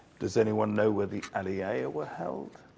does anyone know where the halieia were held?